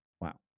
Wow